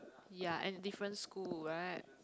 ya and different school right